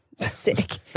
Sick